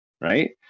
right